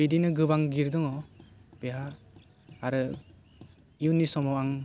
बिदिनो गोबां गिर दं बेहा आरो इयुननि समाव आं